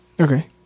Okay